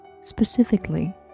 Specifically